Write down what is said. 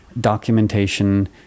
documentation